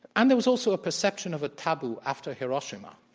and there was also a perception of a taboo after hiroshima.